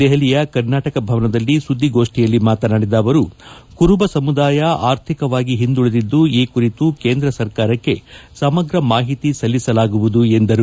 ದೆಹಲಿಯ ಕರ್ನಾಟಕ ಭವನದಲ್ಲಿ ಸುದ್ದಿಗೋಷ್ಠಿಯಲ್ಲಿ ಮಾತನಾಡಿದ ಅವರು ಕುರುಬ ಸಮುದಾಯ ಆರ್ಥಿಕವಾಗಿ ಹಿಂದುಳಿದಿದ್ದು ಈ ಕುರಿತು ಕೇಂದ್ರ ಸರ್ಕಾರಕ್ಕೆ ಸಮಗ್ರ ಮಾಹಿತಿ ಸಲ್ಲಿಸಲಾಗುವುದು ಎಂದರು